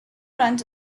runs